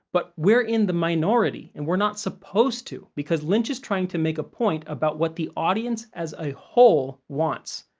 but we're in the minority and we're not supposed to, because lynch is trying to make a point about what the audience as a whole wants.